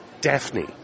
Daphne